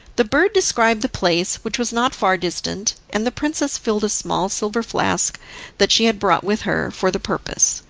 the bird described the place, which was not far distant, and the princess filled a small silver flask that she had brought with her for the purpose.